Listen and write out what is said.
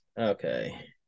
okay